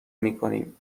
میکنیم